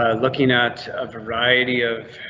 looking at a variety of